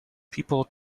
people